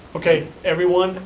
okay, everyone,